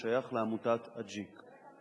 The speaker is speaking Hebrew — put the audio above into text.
השייך לעמותת "אג'יק".